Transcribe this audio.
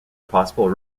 possible